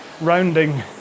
rounding